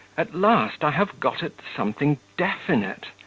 at last i have got at something definite!